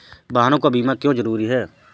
वाहनों का बीमा क्यो जरूरी है?